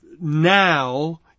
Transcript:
now